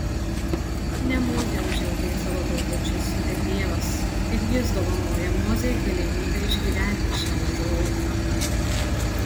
ne mozė užjautė savo tautiečius bet dievas ir jis dovanoja mozei galimybę išgyventi šią užuojautą